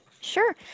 Sure